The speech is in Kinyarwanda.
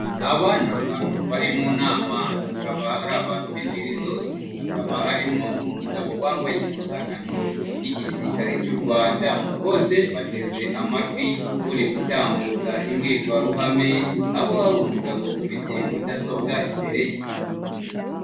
Aba ni abantu bari mu nama, akaba ari abantu b'ingeri zose. Hakaba harimo n'umugabo wambaye impuzankano y'Igisirikare cy'u Rwanda. Bose bateze amatwi uri gutambutsa imbwirwaruhame, aho hari umugabo ufite mudasobwa imbere ye.